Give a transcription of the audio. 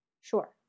Sure